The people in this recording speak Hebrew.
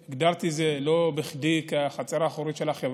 לא בכדי הגדרתי את זה כחצר האחורית של החברה.